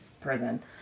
prison